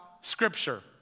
Scripture